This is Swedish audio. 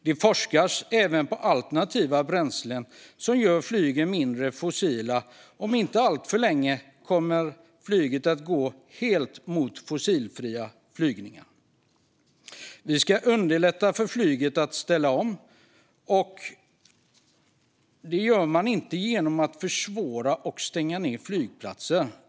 Det forskas även på alternativa bränslen som gör flygen mindre fossila, och om inte alltför lång tid kommer flyget att gå helt mot fossilfria flygningar. Vi ska underlätta för flyget att ställa om. Det gör vi inte genom att försvåra och stänga ned flygplatser.